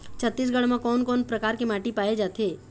छत्तीसगढ़ म कोन कौन प्रकार के माटी पाए जाथे?